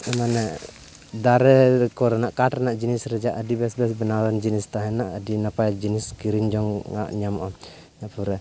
ᱢᱟᱱᱮ ᱫᱟᱨᱮ ᱠᱚᱨᱮᱱᱟᱜ ᱠᱟᱴ ᱨᱮᱱᱟᱜ ᱡᱤᱱᱤᱥ ᱨᱮᱭᱟᱜ ᱟᱹᱰᱤ ᱵᱮᱥ ᱵᱮᱥ ᱵᱮᱱᱟᱣᱟᱱ ᱡᱤᱱᱤᱥ ᱛᱟᱦᱮᱱᱟ ᱟᱹᱰᱤ ᱱᱟᱯᱟᱭ ᱡᱤᱱᱤᱥ ᱠᱤᱨᱤᱧ ᱡᱚᱝᱟᱜ ᱧᱟᱢᱚᱜᱼᱟ ᱤᱱᱟᱹᱯᱚᱨᱮ